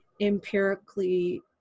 empirically